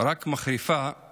רק מחריפה את